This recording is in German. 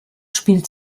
spielt